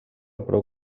prou